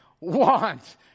want